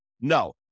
no